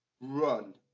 run